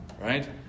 Right